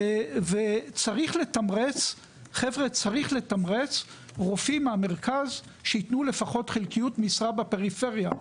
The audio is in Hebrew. וצריך לתמרץ רופאים מהמרכז שייתנו לפחות חלקיות משרה בפריפריה.